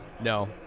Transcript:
No